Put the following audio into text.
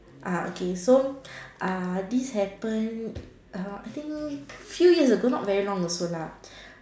uh okay so uh this happen about I think few years ago not very long also lah